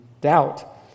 doubt